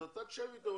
אז אתה תשב איתו,